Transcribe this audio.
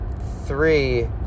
three